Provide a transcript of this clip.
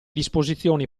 disposizioni